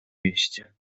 mieście